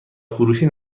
فروشی